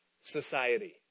society